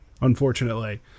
unfortunately